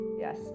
yes